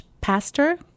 pastor